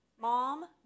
mom